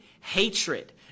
hatred